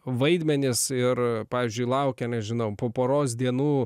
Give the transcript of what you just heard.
vaidmenis ir pavyzdžiui laukia nežinau po poros dienų